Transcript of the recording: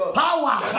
power